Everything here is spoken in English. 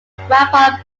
grandpa